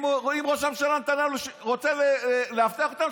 אם ראש הממשלה נתניהו רוצה לאבטח אותם,